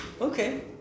Okay